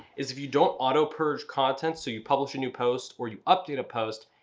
is if you don't auto purge content, so you publish a new post or you update a post,